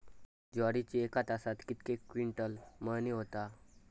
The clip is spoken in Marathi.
ज्वारीची एका तासात कितके क्विंटल मळणी होता?